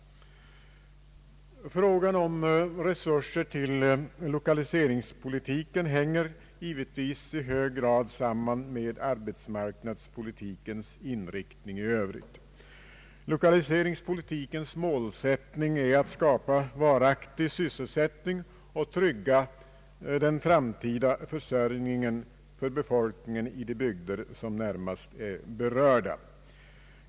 Frågan om resurser till lokaliseringspolitiken hänger givetvis i hög grad samman med arbetsmarknadspolitikens inriktning i övrigt. Lokaliseringspolitikens målsättning är att skapa varaktig sysselsättning och trygga den framtida försörjningen för befolkningen i de bygder som närmast är berörda.